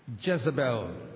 Jezebel